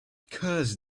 curse